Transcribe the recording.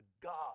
God